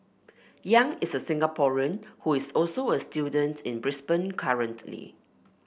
Yang is a Singaporean who is also a student in Brisbane currently